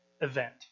event